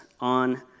on